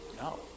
No